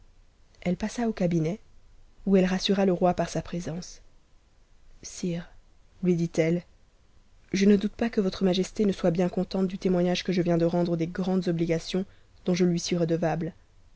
elle passa au cabinet où elle rassura le roi par sa présence sire lui ditelle je ne doute pas que votre majesté ne soit bien contente du témoignage p'eje viens de rendre des grandes obligations dont je lui suis redevable